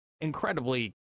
incredibly